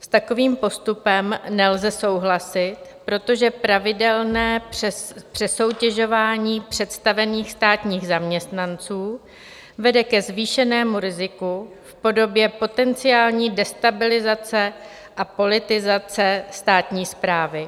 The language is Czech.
S takovým postupem nelze souhlasit, protože pravidelné přesoutěžování představených státních zaměstnanců vede ke zvýšenému riziku v podobě potenciální destabilizace a politizace státní správy.